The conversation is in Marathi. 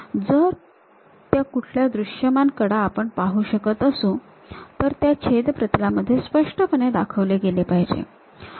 तर ज्या कुठल्या दृश्यमान कडा आपण पाहू शकत असू त्यांना छेद प्रतलामध्ये स्पष्टपणे दाखविले गेले पाहिजे